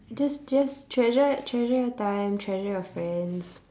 just just treasure treasure your time treasure your friends